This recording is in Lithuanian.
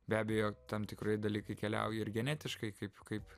be abejo tam tikrai dalykai keliauja ir genetiškai kaip kaip